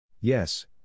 Yes